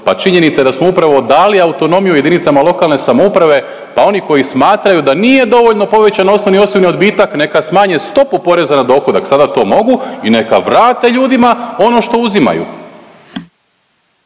pa činjenica da smo upravo dali autonomiju jedinicama lokalne samouprave pa oni koji smatraju da nije dovoljno povećan osnovni osobni odbitak neka smanje stopu poreza na dohodak, sada to mogu i neka vrate ljudima ono što uzimaju.